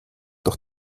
doch